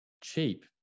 cheap